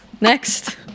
Next